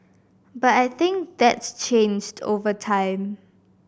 but I think that's changed over time